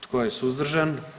Tko je suzdržan?